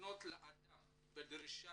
לפנות לאדם בדרישה